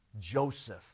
Joseph